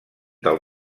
del